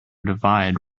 divide